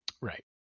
Right